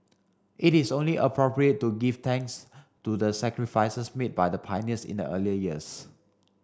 it is only appropriate to give thanks to the sacrifices made by the pioneers in the early years